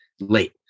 late